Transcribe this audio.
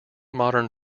modern